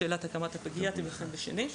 שאלת הקמת הפגייה תיבחן בשנית.